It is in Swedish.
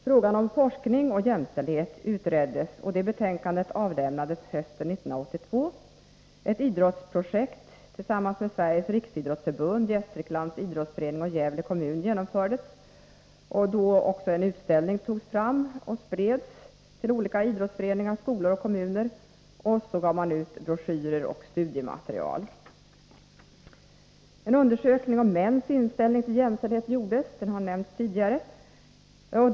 Frågan om forskning och jämställdhet utreddes, och det betänkandet avlämnades hösten 1982, ett idrottsprojekt tillsammans med Sveriges Riksidrottsförbund, Gästriklands Idrottsförening och Gävle kommun genomfördes, varvid också en utställning iordningställdes och spreds till olika idrottsföreningar, skolor och kommuner; vidare gav man ut en broschyr En undersökning om mäns inställning till jämställdhet gjordes — den har tidigare nämnts.